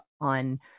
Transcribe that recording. on